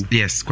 yes